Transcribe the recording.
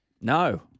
No